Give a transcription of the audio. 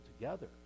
together